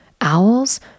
owls